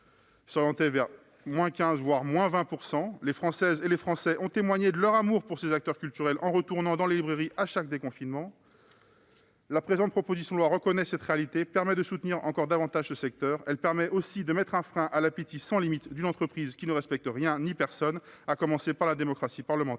des pertes de 15 %, voire de 20 %. Les Françaises et les Français ont témoigné de leur amour pour ces acteurs culturels en retournant dans les librairies à chaque déconfinement. La présente proposition de loi tend à reconnaître cette réalité et à permettre de soutenir encore davantage ce secteur. Elle vise aussi à mettre un frein à l'appétit sans limite d'une entreprise qui ne respecte rien ni personne, à commencer par la démocratie parlementaire.